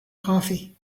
coffee